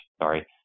sorry